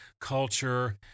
culture